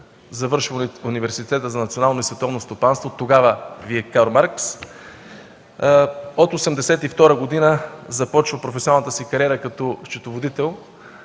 завършва Университета за национално и световно стопанство, тогава ВИИ „Карл Маркс”. От 1982 г. започва професионалната си кариера като кредитен